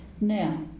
Now